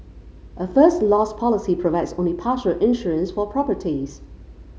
a First Loss policy provides only partial insurance for properties